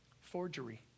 Forgery